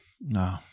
no